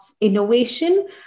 innovation